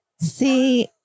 See